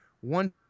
one